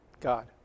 God